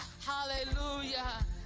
hallelujah